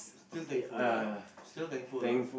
still thankful ah still thankful ah